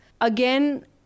again